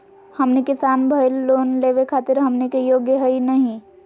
हमनी किसान भईल, लोन लेवे खातीर हमनी के योग्य हई नहीं?